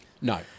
No